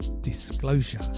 Disclosure